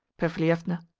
perfilievna.